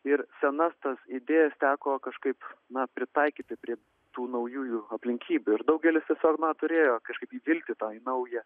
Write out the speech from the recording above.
ir senas tas idėjas teko kažkaip na pritaikyti prie tų naujųjų aplinkybių ir daugelis tiesiog na turėjo kažkaip įvilkti tą į naują